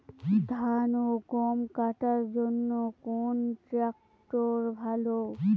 ধান ও গম কাটার জন্য কোন ট্র্যাক্টর ভালো?